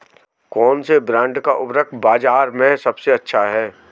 कौनसे ब्रांड का उर्वरक बाज़ार में सबसे अच्छा हैं?